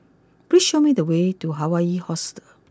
please show me the way to Hawaii Hostel